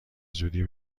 زودی